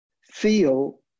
feel